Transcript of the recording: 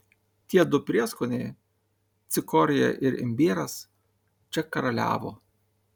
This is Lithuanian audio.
tie du prieskoniai cikorija ir imbieras čia karaliavo